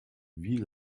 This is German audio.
wie